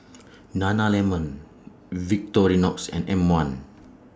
Nana Lemon Victorinox and M one